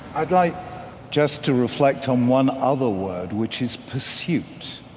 i'd like just to reflect on one other word, which is pursuit.